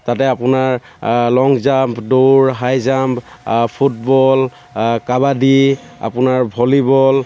তাতে আপোনাৰ long jump দৌৰ হাই জাম্প ফুটবল কাবাদী আপোনাৰ ভলীবল